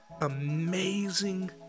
amazing